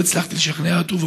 לא הצלחתי לשכנע אותו,